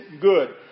good